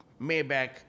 Maybach